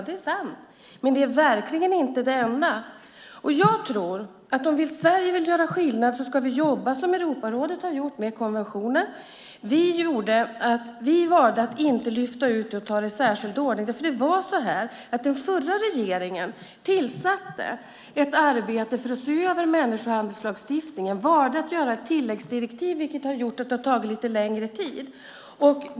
Det är sant, men det är verkligen inte det enda. Jag tror att om Sverige vill göra skillnad ska vi jobba som Europarådet har gjort med konventionen. Vi valde att inte lyfta ut det och ta det i särskild ordning. Den förra regeringen påbörjade ett arbete för att se över människohandelslagstiftningen. Man valde att göra ett tilläggsdirektiv, vilket har gjort att det har tagit lite längre tid.